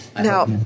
now